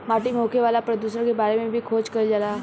माटी में होखे वाला प्रदुषण के बारे में भी खोज कईल जाता